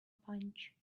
punch